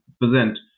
present